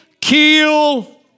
kill